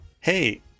Hey